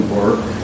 work